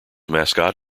mascot